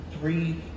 three